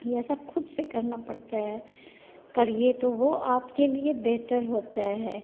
यह सब ख़ुद से करना पड़ता है करिए तो वह आपके लिए बेहतर होता है